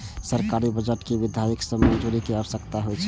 सरकारी बजट कें विधायिका सं मंजूरी के आवश्यकता होइ छै